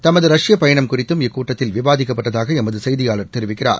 தமது ரஷ்ய பயணம் குறித்தும் இக்கூட்டத்தில் விவாதிக்கப்பட்டதாக எமது செய்தியாளர் தெரிவிக்கிறார்